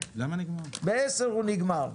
בעשר הוא נגמר,